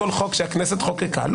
חוק האדם.